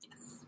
Yes